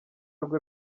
rwe